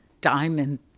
diamond